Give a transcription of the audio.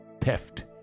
theft